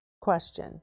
question